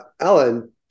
Alan